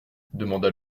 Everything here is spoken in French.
demanda